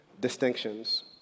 distinctions